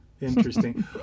Interesting